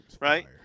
Right